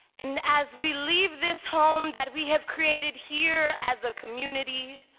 and as we leave this home that we have created here as a community,